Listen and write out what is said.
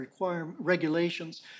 regulations